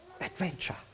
adventure